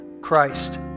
Christ